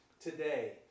today